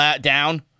Down